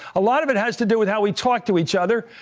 a lot of it has to do with how we talk to each other.